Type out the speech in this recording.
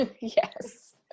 Yes